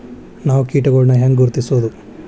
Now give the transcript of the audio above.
ನಾವ್ ಕೇಟಗೊಳ್ನ ಹ್ಯಾಂಗ್ ಗುರುತಿಸೋದು?